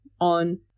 on